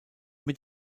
mit